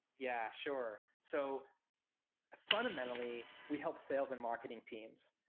yeah, sure. so fundamentally, we help sales and marketing teams.